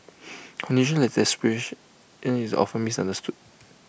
condition like depression is often misunderstood